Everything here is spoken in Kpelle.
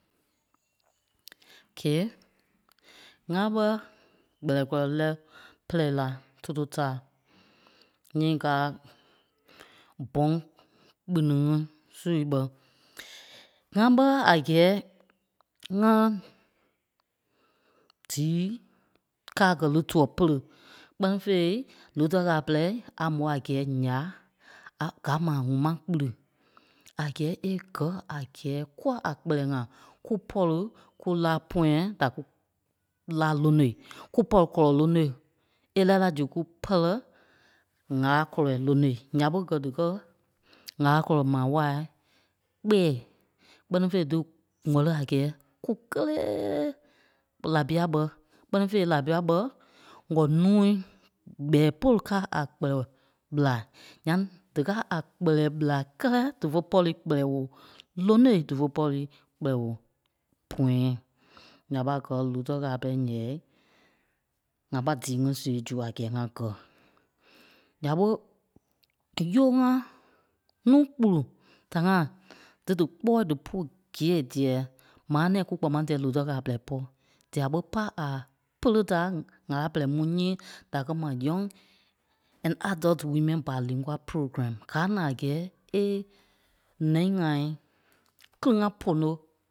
Gɛ́ɛ, ŋ́gaa ɓɛ́ Gbɛlɛɛ kɔlɔ lɛ́ pɛrɛi lá Totota, nyíi gáa Bong kpiniŋ ŋí su. ŋ́gaa ɓɛ́ a gɛ́ɛ ŋá díi káa gɛ́ lí tuɛ pere, kpɛ́ni fêi Lutɛ ɣâla pɛrɛi a mô a gɛ́ɛ Ǹyaa a- gáa ma a ŋuŋ ma kpiri, a gɛ́ɛ é gɛ́ a gɛ́ɛ kúa a Kpɛlɛɛ ŋa kú pɔri kú láa pɔ̃yâi da kú láa lónoi, é lɛ́ɛ la zu kú pɛ́lɛ ŋ́âla kɔlɔi lónoi. Ǹya ɓé gɛ́ díkɛ ŋ́âla kɔlɔ Maa Waai kpɛ̀ɛ. kpɛ́ni fêi dí ŋ̀wɛ̂li a gɛ́ɛ kú kélee Labia ɓɛ́, kpɛ́ni fêi Labia ɓɛ́, ŋɔ núui gbɛɛ pôlu káa a Kpɛlɛɛ ɓela. nyaŋ́ díkaa a Kpɛlɛɛ ɓela, kɛ́lɛ dífe pɔri Kpɛlɛɛ woo lónoi, dífe pɔri Kpɛlɛɛ woo pɔ̃yɛɛi, nya ɓé a gɛ́ Lutɛ ɣâla pɛrɛi nyɛɛi, ŋ́a pâi díi ŋí siɣêi zu a gɛ́ɛ ŋá gɛ. Nya ɓé yúo ŋá nuu kpulu da ŋáa dí dí kpɔɔi dípu gîei dîɛ, maa nɛ̃ɛi kú kpɔŋ maa tɛɛ Lutɛ ɣâla pɛrɛi pɔ, dîa ɓé pà a pêle da ŋ̀âla pɛrɛi mu nyíi dakɛ ma Young and Adult Women Biolinqua Program. Gáa na a gɛ́ɛ é nɛi ŋai kíli ŋá pono.